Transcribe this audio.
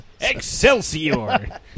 Excelsior